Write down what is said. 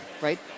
right